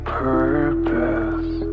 purpose